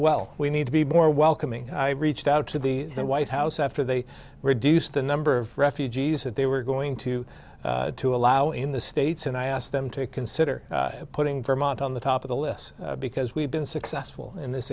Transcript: well we need to be more welcoming i reached out to the white house after they reduced the number of refugees that they were going to to allow in the states and i asked them to consider putting vermont on the top of the list because we've been successful in this